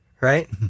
Right